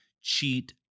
cheat